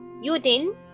Yudin